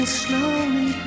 slowly